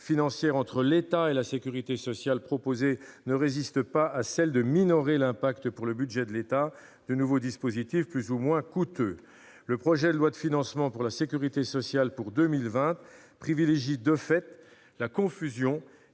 financières entre l'État et la sécurité sociale ne résiste pas à celle de minorer l'effet pour le budget de l'État de nouveaux dispositifs plus ou moins coûteux. Le projet de loi de financement de la sécurité sociale pour 2020 privilégie de fait la confusion